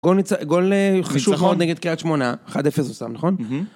גול חשוב מאוד נגד קרית שמונה, 1-0 הוא שם נכון? כן